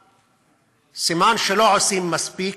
סימן שלא עושים מספיק,